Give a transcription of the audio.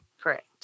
Correct